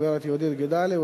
הגברת יהודית גידלי,